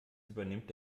übernimmt